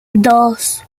dos